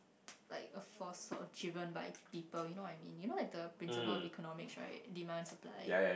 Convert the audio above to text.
like a force sort of driven by people you know what I mean you know like the principles of economics right demand supply